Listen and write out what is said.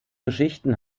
geschichten